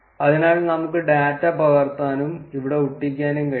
അതിനാൽ നമുക്ക് ഡാറ്റ പകർത്താനും ഇവിടെ ഒട്ടിക്കാനും കഴിയും